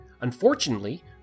Unfortunately